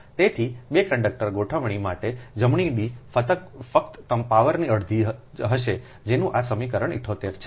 તેથી 2 કંડક્ટર ગોઠવણી માટે જમણી D ફક્ત પાવરની અડધી જ હશે જેનું આ સમીકરણ 78 છે